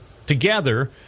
together